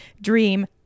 dream